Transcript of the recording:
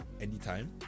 Anytime